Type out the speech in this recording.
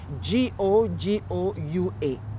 G-O-G-O-U-A